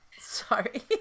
sorry